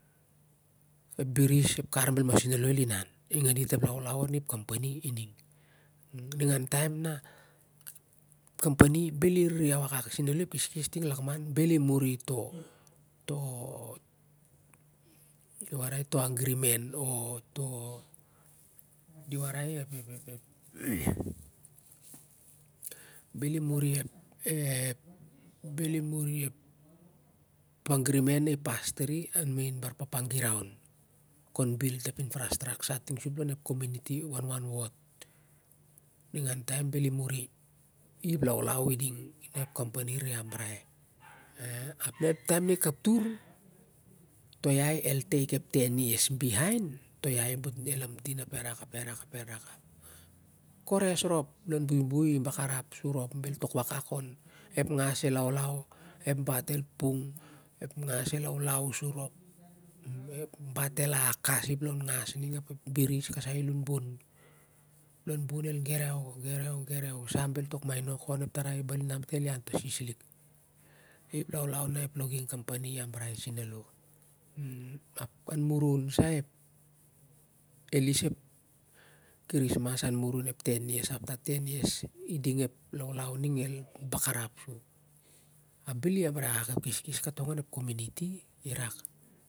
Ep biris ap ep ker bel mosen olo el inau ep laulau onep company i ding ningan taim na ep company i re alaulau sen alo ep keskes ting a lakman bel i re mun senalo di warai to agi men o toh di warai toh bel i mun to agi meu o toh di warai toh bel i kon bilt ep infrastructure ting seplon ep warwar wot o ting sup lon ep warwar wot ningan taim bel ive re mini im laulau iding rep company i re ambrai ap na ep taim mi kaptur to ai ire take epten yeras baine ap botning el lamtin ap el an ap el an ep kawas rop ep lon buibui i bakarap seu rop bel pung ep ngas el biris kasoi lonh bon lon bon el gerew el gerew soh ap bel tok mainok on ap ep tarai bel dit el ian ta sis lik i ep laulau na ep logginng company i embrace fei alo iding. Ap an murun sa ep krismas an murun ep ten years after ten years i ep laulau ning el balarop sow ap bel i ambrai ep laulau katong sup lon ep kominiti irak